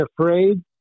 Afraid